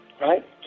right